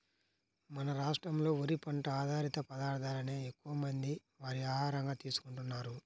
మన రాష్ట్రంలో వరి పంట ఆధారిత పదార్ధాలనే ఎక్కువమంది వారి ఆహారంగా తీసుకుంటున్నారు